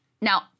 Now